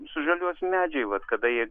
sužaliuos medžiai vat kada jie